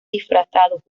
disfrazados